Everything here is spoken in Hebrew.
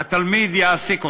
התלמיד יעסיק אותך.